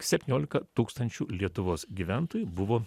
septyniolika tūkstančių lietuvos gyventojų buvo